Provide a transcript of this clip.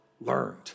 learned